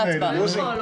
יכול.